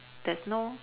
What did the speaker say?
there's no